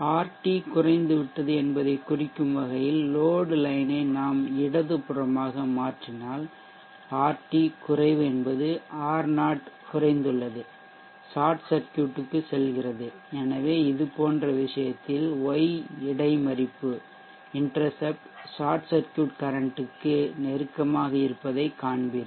RT குறைந்துவிட்டது என்பதைக் குறிக்கும் வகையில் லோட் லைன் ஐ நாம் இடதுபுறமாக மாற்றினால் ஆர்டி குறைவு என்பது ஆர்0 குறைந்துள்ளது ஷார்ட் சர்க்யூட் க்குச் செல்கிறது எனவே இதுபோன்ற விஷயத்தில் y இடைமறிப்பு ஷார்ட் சர்க்யூட் கரன்ட்க்கு நெருக்கமாக இருப்பதைக் காண்பீர்கள்